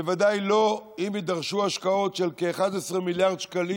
בוודאי לא אם יידרשו השקעות של כ-11 מיליארד שקלים,